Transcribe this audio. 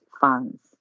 funds